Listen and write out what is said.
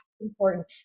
important